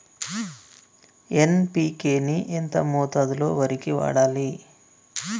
NPK ని ఎంత మోతాదులో వరికి వాడాలి?